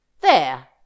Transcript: There